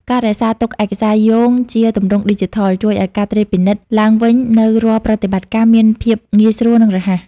ការរក្សាទុកឯកសារយោងជាទម្រង់ឌីជីថល ជួយឱ្យការត្រួតពិនិត្យឡើងវិញនូវរាល់ប្រតិបត្តិការមានភាពងាយស្រួល និងរហ័ស។